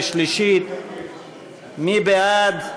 מי בעד?